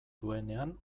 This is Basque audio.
duenean